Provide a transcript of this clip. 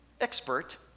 expert